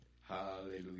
Hallelujah